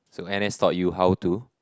so N_S taught you how to